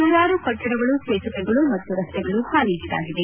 ನೂರಾರು ಕಟ್ಟಡಗಳು ಸೇತುವೆಗಳು ಮತ್ತು ರಸ್ತೆಗಳು ಹಾನಿಗೀಡಾಗಿದೆ